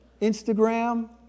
Instagram